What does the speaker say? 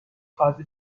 کارد